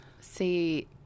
See